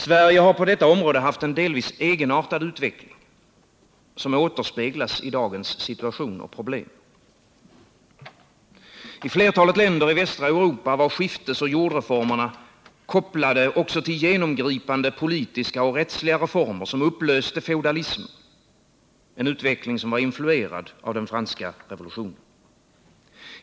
Sverige har på detta område haft en delvis egenartad utveckling, som återspeglas i dagens situation och problem. I flertalet länder i västra Europa var skiftesoch jordreformerna kopplade till genomgripande politiska och rättsliga reformer, som upplöste feodalismen; en utveckling som var influerad av franska revolutionen.